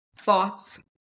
Thoughts